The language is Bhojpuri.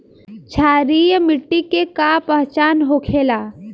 क्षारीय मिट्टी के का पहचान होखेला?